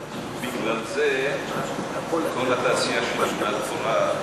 אבל בגלל זה כל התעשייה של לבנת פורן פורחת.